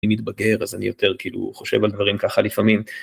אני מתבגר, אז אני יותר כאילו חושב על דברים ככה לפעמים.